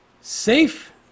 Safe